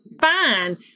fine